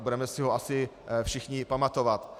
Budeme si ho asi všichni pamatovat.